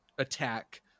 attack